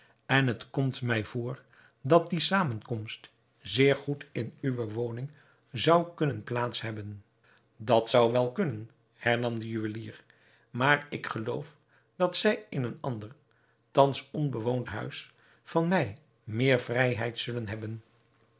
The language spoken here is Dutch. en het komt mij voor dat die zamenkomst zeer goed in uwe woning zou kunnen plaats hebben dat zou wel kunnen hernam de juwelier maar ik geloof dat zij in een ander thans onbewoond huis van mij meer vrijheid zullen hebben